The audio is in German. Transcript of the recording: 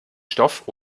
stoff